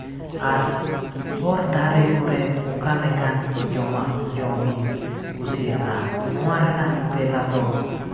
ᱟᱨ ᱦᱚᱨ ᱫᱷᱟᱨᱮ ᱠᱚᱨᱮᱫ ᱚᱠᱟ ᱞᱮᱠᱟᱱ ᱡᱚᱢᱟᱜ ᱡᱚᱢᱤᱧ ᱠᱩᱥᱤᱭᱟᱜᱼᱟ ᱱᱚᱣᱟ ᱨᱮᱱᱟᱜ ᱛᱮᱞᱟ ᱫᱚ